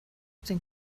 den